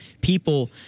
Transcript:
people